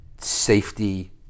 safety